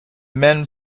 men